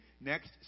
Next